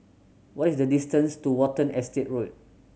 what is the distance to Watten Estate Road